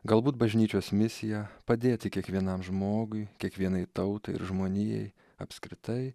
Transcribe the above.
galbūt bažnyčios misija padėti kiekvienam žmogui kiekvienai tautai ir žmonijai apskritai